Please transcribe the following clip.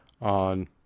on